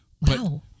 Wow